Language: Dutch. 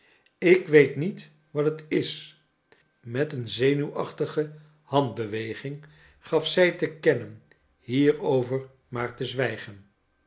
ik weet niet wat het is met een zenuwachtige handbeweging gaf zij te kennen hierover maar te zwijgen